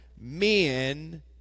men